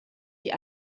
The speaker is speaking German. die